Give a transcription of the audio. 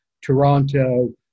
Toronto